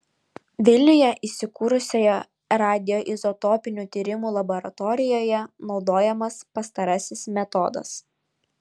vilniuje įsikūrusioje radioizotopinių tyrimų laboratorijoje naudojamas pastarasis metodas